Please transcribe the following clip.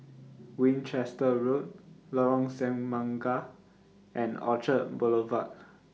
Winchester Road Lorong Semangka and Orchard Boulevard